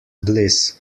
bliss